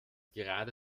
gerade